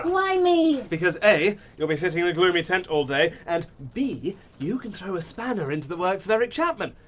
why me? because a you'll be sitting in a gloomy tent all day and b you can throw a spanner into the works of eric chapman.